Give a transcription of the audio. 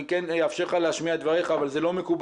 אני אאפשר לך להשמיע את דבריך, אבל זה לא מקובל.